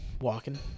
walking